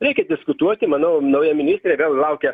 reikia diskutuoti manaunauja ministrė vėl laukia